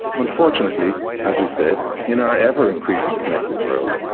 unfortunately, as we said, in our ever-increasing connected world,